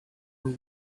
were